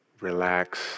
Relax